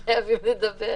זה כבר היה כתוב לפני.